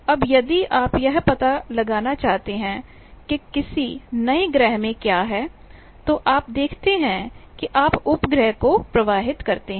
अब यदि आप यह पता लगाना चाहते हैं कि किसी नए ग्रह में क्या है तो आप देखते हैं कि आप उपग्रह को प्रवाहित करते हैं